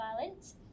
violence